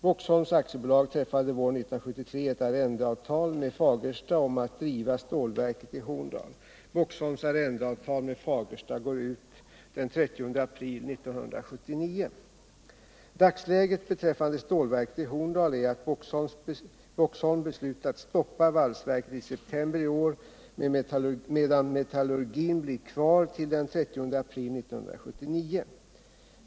Boxholms AB träffade våren 1973 ett arrendeavtal med Fagersta om att driva stålverket i Horndal. Boxholms arrendeavtal med Fagersta går ut den 30 april 1979. Dagsläget beträffande stålverket i Horndal är att Boxholm beslutat stoppa valsverket i september i år medan metallurgin blir kvar till den 30 april 1979.